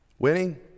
Winning